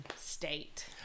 state